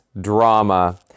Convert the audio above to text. drama